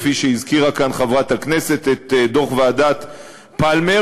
כפי שהזכירה כאן חברת הכנסת את דוח ועדת פלמר,